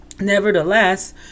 Nevertheless